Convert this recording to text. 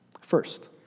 First